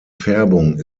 färbung